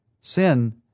Sin